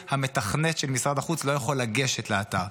המתכנת של משרד החוץ לא יכול לגשת לאתר.